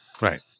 Right